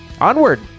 Onward